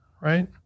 right